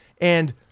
And-